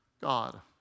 God